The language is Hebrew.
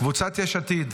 קבוצת יש עתיד,